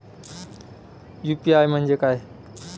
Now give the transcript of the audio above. UPI म्हणजे काय?